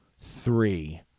three